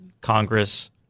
Congress